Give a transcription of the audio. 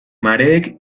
mareek